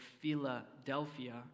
Philadelphia